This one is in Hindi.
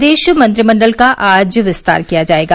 प्रदेश मंत्रिमंडल का आज विस्तार किया जायेगा